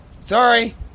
sorry